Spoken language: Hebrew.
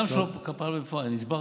גם כשלא פעל בפועל, אני הסברתי.